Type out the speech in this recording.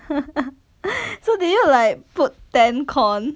so did you like put ten cone